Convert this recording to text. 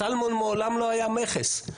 סלמון מעולם לא היה מכס.